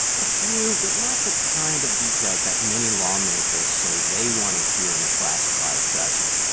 a few but not the kind of details that many lawmakers say they want to hear in a classified session.